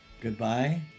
Goodbye